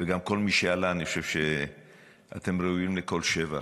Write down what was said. וגם כל מי שעלה, אני חושב שאתם ראויים לכל שבח.